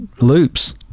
loops